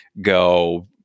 go